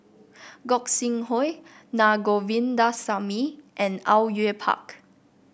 Gog Sing Hooi Na Govindasamy and Au Yue Pak